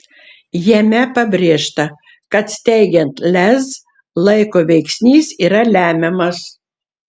jame pabrėžta kad steigiant lez laiko veiksnys yra lemiamas